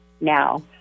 now